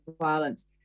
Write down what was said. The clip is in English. violence